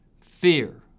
Fear